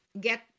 get